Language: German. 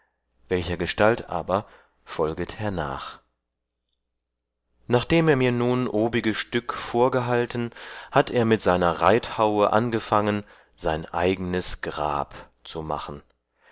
hänget welchergestalt aber folget hernach nachdem er mir nun obige stück vorgehalten hat er mit seiner reithaue angefangen sein eigenes grab zu machen